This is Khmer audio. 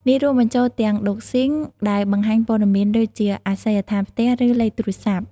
នេះរួមបញ្ចូលទាំងដូកស៊ីង (doxing) ដែលបង្ហាញព័ត៌មានដូចជា អាសយដ្ឋានផ្ទះ ឬលេខទូរស័ព្ទ។